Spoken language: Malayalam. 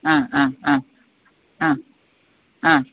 ആ ആ ആ ആ ആ